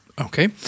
Okay